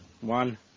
One